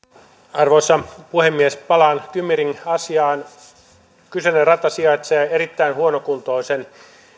arvoisa puhemies palaan kymi ring asiaan kyseinen rata sijaitsee erittäin huonokuntoisen